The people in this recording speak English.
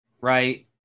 right